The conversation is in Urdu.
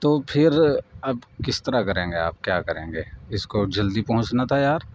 تو پھر اب کس طرح کریں گے آپ کیا کریں گے اس کو جلدی پہنچنا تھا یار